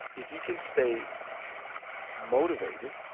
if you can stay motivated